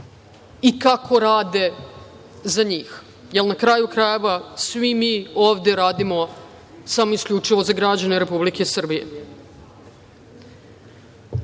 i kako rade za njih, jer, na kraju krajeva, svi mi ovde radimo samo i isključivo za građane Republike Srbije. Čula